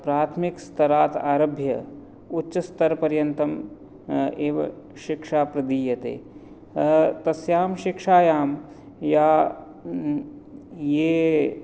प्राथमिकस्तरात् आरभ्य उच्चस्तरपर्यन्तं एव शिक्षा प्रदीयते तस्यां शिक्षायां या ये